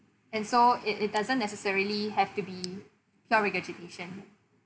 and so it it doesn't necessarily have to be pure regurgitation